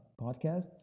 podcast